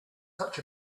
such